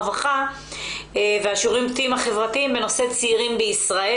הרווחה והשירותים החברתיים בנושא צעירים בישראל.